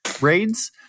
raids